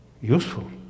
useful